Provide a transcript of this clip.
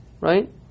right